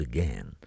Again